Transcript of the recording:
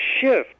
shift